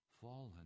fallen